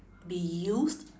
be used